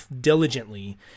diligently